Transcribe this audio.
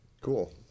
Cool